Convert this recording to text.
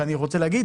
ואני רוצה להגיד,